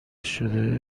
شده